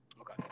Okay